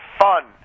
fun